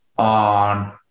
on